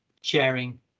sharing